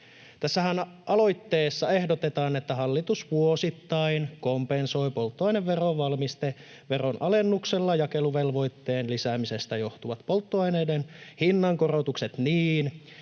Tässä aloitteessahan ehdotetaan, että hallitus vuosittain kompensoi polttoaineveron valmisteveron alennuksella jakeluvelvoitteen lisäämisestä johtuvat polttoaineiden hinnankorotukset niin,